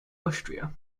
austria